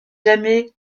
jamais